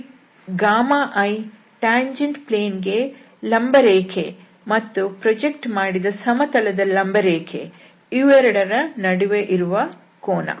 ಇಲ್ಲಿ i tangent plane ಗೆ ಲಂಬರೇಖೆ ಮತ್ತು ಪ್ರೊಜೆಕ್ಟ್ ಮಾಡಿದ ಸಮತಲದ ಲಂಬರೇಖೆ ಇವೆರಡರ ನಡುವೆ ಇರುವ ಕೋನ